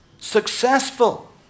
Successful